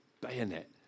bayonet